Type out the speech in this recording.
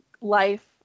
life